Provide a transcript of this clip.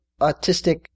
autistic